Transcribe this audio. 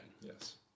yes